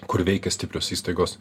kur veikia stiprios įstaigos